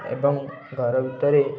ଏବଂ ଘର ଭିତରେ